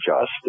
justice